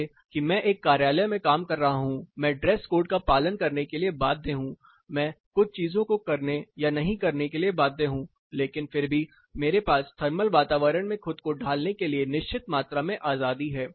कहिए कि मैं एक कार्यालय में काम कर रहा हूं मैं ड्रेस कोड का पालन करने के लिए बाध्य हूं मैं कुछ चीजों को करने या नहीं करने के लिए बाध्य हूं लेकिन फिर भी मेरे पास थर्मल वातावरण में खुद को ढालने के लिए निश्चित मात्रा में आजादी है